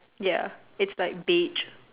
ya it's like beige